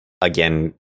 again